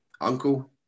uncle